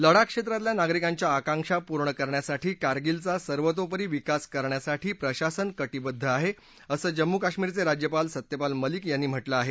लद्वाख क्षेत्रातल्या नागरिकांच्या आंकाक्षा पूर्ण करण्यासाठी कारगिलचा सर्वोतोपरी विकास करण्यासाठी प्रशासन कटिबद्ध आहे असं जम्मू काश्मीरचे राज्यपाल सत्यपाल मलिक यांनी म्हटलं आहे